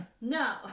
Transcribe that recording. no